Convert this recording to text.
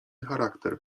charakter